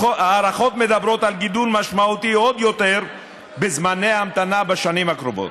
ההערכות מדברות על גידול משמעותי עוד יותר בזמני ההמתנה בשנים הקרובות.